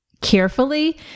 carefully